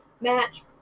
match